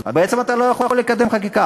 אז בעצם אתה לא יכול לקדם חקיקה.